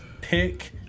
pick